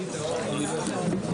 הישיבה ננעלה